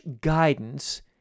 guidance